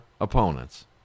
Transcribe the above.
opponents